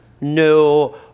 no